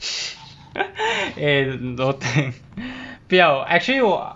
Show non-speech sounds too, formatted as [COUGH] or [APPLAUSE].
[LAUGHS] eh no thanks 不要 actually 我